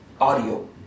audio